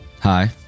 Hi